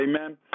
amen